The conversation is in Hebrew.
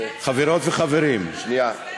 חברות וחברים, שנייה.